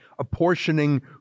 Apportioning